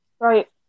right